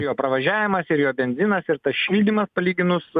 jo pravažiavimas ir jo benzinas ir tas šildymas palyginus